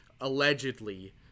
allegedly